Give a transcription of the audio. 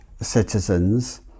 citizens